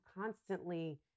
constantly